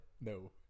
No